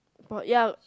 but ya